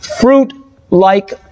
fruit-like